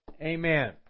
amen